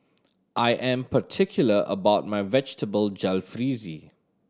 I am particular about my Vegetable Jalfrezi